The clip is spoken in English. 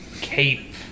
cape